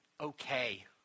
okay